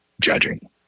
judging